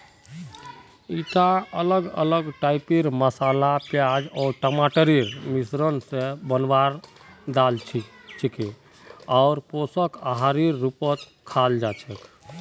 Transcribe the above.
ईटा अलग अलग टाइपेर मसाला प्याज आर टमाटरेर मिश्रण स बनवार दाल छिके आर पोषक आहारेर रूपत खाल जा छेक